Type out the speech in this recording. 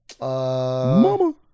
Mama